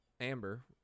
Amber